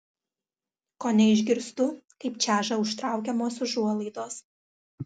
kone išgirstu kaip čeža užtraukiamos užuolaidos